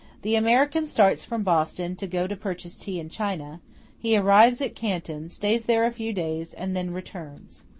the american starts from boston to go to purchase tea in china he arrives at canton, stays there a few days, and then returns.